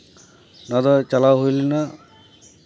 ᱱᱚᱣᱟ ᱫᱚ ᱪᱟᱞᱟᱣ ᱦᱩᱭ ᱞᱮᱱᱟ